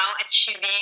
achieving